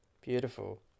beautiful